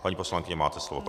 Paní poslankyně, máte slovo.